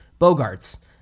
Bogarts